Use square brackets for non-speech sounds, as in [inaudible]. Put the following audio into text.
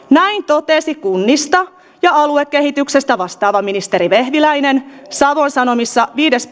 näin totesi kunnista ja aluekehityksestä vastaava ministeri vehviläinen savon sanomissa viides [unintelligible]